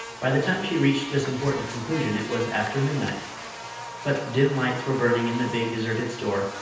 by the time she reached this important conclusion, it was after midnight but dim lights were burning in the big, deserted store,